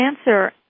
answer